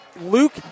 Luke